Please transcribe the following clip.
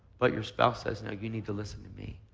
but your spouse says, no, you need to listen to me.